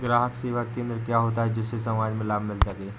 ग्राहक सेवा केंद्र क्या होता है जिससे समाज में लाभ मिल सके?